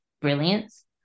brilliance